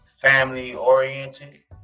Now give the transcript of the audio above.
family-oriented